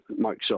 Microsoft